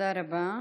תודה רבה.